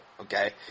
Okay